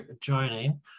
joining